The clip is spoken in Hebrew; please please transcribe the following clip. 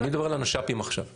אני מדבר על הנש"פים עכשיו.